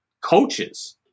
Coaches